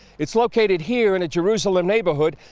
it is located here in a jerusalem neighborhood,